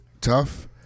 tough